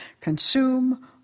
consume